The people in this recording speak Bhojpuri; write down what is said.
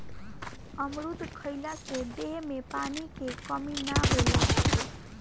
अमरुद खइला से देह में पानी के कमी ना होला